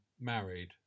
married